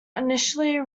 initially